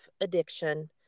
addiction